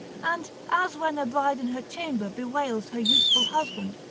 and as when a bride in her chamber bewails her youthful husband,